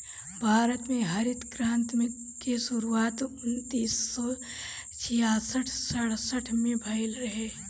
भारत में हरित क्रांति के शुरुआत उन्नीस सौ छियासठ सड़सठ में भइल रहे